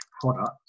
product